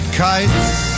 kites